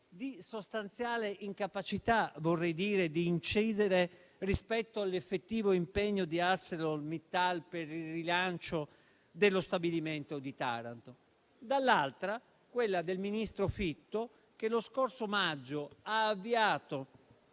di sostanziale incapacità di incidere rispetto all'effettivo impegno di ArcelorMittal per il rilancio dello stabilimento di Taranto; dall'altra quella del ministro Fitto, che lo scorso maggio ha avviato